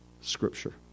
Scripture